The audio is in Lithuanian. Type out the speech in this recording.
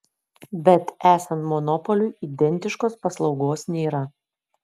bet esant monopoliui identiškos paslaugos nėra